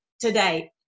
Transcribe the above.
today